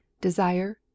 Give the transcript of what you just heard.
desire